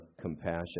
compassion